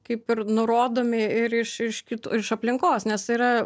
kaip ir nurodomi ir iš iš kitų iš aplinkos nes yra